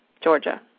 Georgia